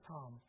Tom